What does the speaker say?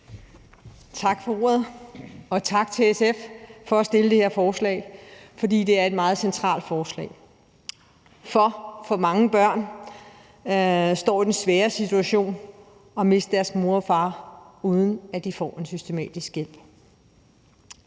Tak for ordet, og tak til SF for at fremsætte det her forslag. Det er et meget centralt forslag, for alt for mange børn står i den svære situation at miste deres mor eller far, uden at de får en systematisk hjælp.